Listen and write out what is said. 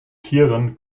tieren